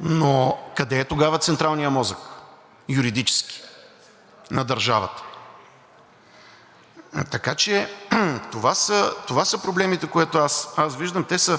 Но къде е тогава централният юридически мозък на държавата? Така че това са проблемите, които аз виждам, те са